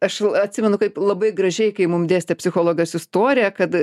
aš atsimenu kaip labai gražiai kai mum dėstė psichologas istoriją kad